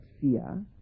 fear